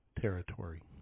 Territory